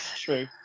true